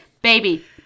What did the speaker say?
baby